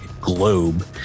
globe